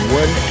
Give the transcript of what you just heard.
one